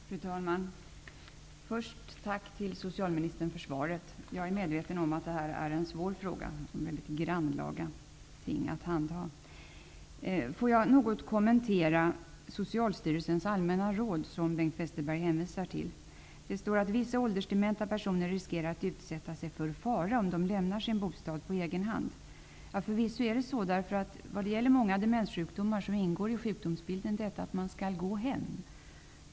Fru talman! Först tack till socialministern för svaret. Jag är medveten om att detta är en svår fråga, det är väldigt grannlaga ting att handha. Får jag något kommentera Socialstyrelsens allmänna råd, som Bengt Westerberg hänvisar till. Där står att vissa åldersdementa personer riskerar att utsätta sig för fara om de lämnar sin bostad på egen hand. Förvisso är det så. Vad gäller många demenssjukdomar ingår i sjukdomsbilden att man skall gå hem.